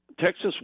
Texas